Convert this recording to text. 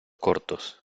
cortos